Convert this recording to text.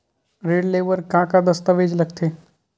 ऋण ले बर का का दस्तावेज लगथे?